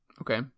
Okay